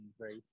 great